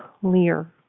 clear